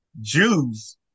Jews